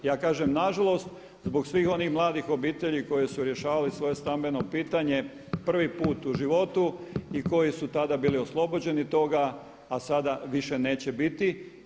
Ja kažem na žalost zbog svih onih mladih obitelji koji su rješavali svoje stambeno pitanje prvi puta u životu i koji su tada bili oslobođeni toga, a sada više neće biti.